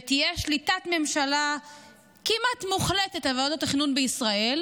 ותהיה שליטת ממשלה כמעט מוחלטת על ועדות התכנון בישראל.